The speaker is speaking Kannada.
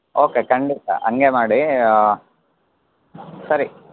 ಓಕೆ ಖಂಡಿತ ಹಾಗೆ ಮಾಡಿ ಸರಿ